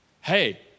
Hey